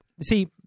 See